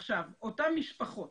עכשיו, אותן משפחות